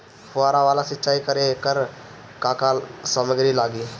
फ़ुहारा वाला सिचाई करे लर का का समाग्री लागे ला?